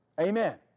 Amen